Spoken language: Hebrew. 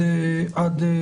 "אי-אכיפה",